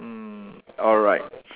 mm alright